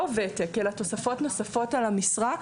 לא ותק אלא תוספות נוספות על המשרה,